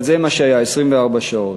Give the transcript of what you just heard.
אבל זה מה שהיה, 24 שעות.